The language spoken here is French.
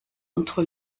entre